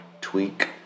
tweak